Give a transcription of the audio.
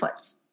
inputs